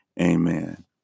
Amen